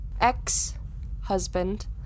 Ex-husband